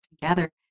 together